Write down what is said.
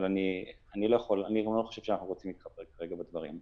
אבל אני לא חושב שאנחנו רוצים להתחפר כרגע בדברים.